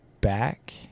back